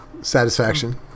satisfaction